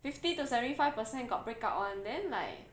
fifty to seventy five percent got breakout [one] then like